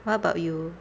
what about you